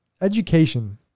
education